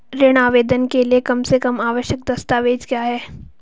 ऋण आवेदन के लिए कम से कम आवश्यक दस्तावेज़ क्या हैं?